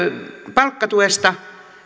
palkkatuesta